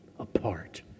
Apart